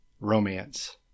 Romance